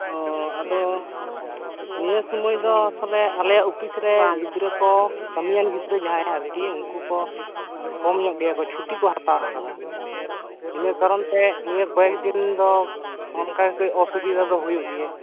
ᱚᱻ ᱟᱫᱚ ᱱᱤᱭᱟᱹ ᱥᱳᱢᱚᱭ ᱫᱚ ᱟᱞᱮᱭᱟᱜ ᱳᱯᱷᱤᱥ ᱨᱮ ᱜᱤᱫᱽᱨᱟᱹ ᱠᱚ ᱠᱟᱹᱢᱤᱭᱟᱱ ᱜᱤᱫᱽᱨᱟᱹ ᱟᱨᱠᱤ ᱩᱱᱠᱩ ᱠᱚ ᱠᱚᱢ ᱧᱚᱜ ᱜᱮᱭᱟ ᱪᱷᱩᱴᱤ ᱠᱚ ᱦᱟᱛᱟᱣ ᱟᱠᱟᱫᱟ ᱤᱱᱟᱹ ᱠᱟᱨᱚᱱ ᱛᱮ ᱱᱤᱭᱟᱹ ᱠᱚᱭᱮᱠ ᱫᱤᱱ ᱫᱚ ᱱᱚᱝᱠᱟ ᱠᱟᱹᱡ ᱚᱥᱩᱵᱤᱫᱟ ᱫᱚ ᱦᱳᱭᱳᱜ ᱜᱮᱭᱟ